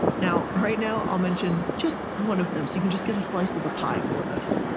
now, right now i'll mention just one of them, so you can just get a slice of the pie for this.